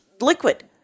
liquid